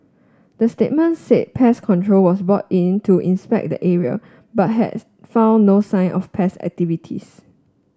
the statement said pest control was brought in to inspect the area but has found no sign of pest activities